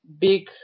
big